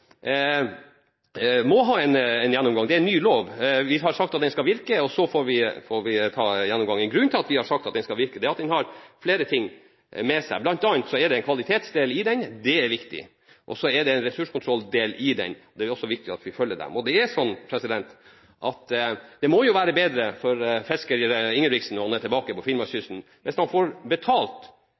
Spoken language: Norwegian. må ha en gjennomgang. Det er en ny lov. Vi har sagt at den skal virke, og så får vi ta gjennomgangen. Grunnen til at vi har sagt at den skal virke, er at den har flere ting ved seg, bl.a. er det en kvalitetsdel i den. Det er viktig. Så er det en ressurskontrolldel i den. Det er også viktig at vi følger den. Det må jo være bedre for fisker Ingebrigtsen når han er tilbake på finnmarkskysten, at han får bedre betalt